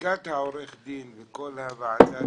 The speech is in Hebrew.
לשכת עורכי הדין וכל הוועדה